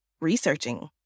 researching